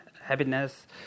happiness